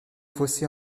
fossé